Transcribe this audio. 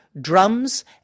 drums